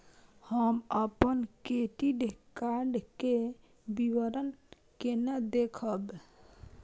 हम अपन credit card के विवरण केना देखब?